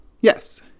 Yes